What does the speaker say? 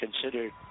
considered